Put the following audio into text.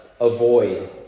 avoid